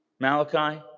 Malachi